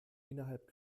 innerhalb